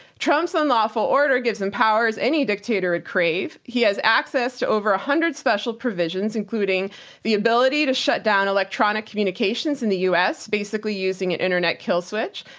trump's unlawful order gives him powers any dictator would crave. he has access to over a one hundred special provisions, including the ability to shut down electronic communications in the us basically using an internet kill switch.